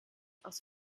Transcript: aus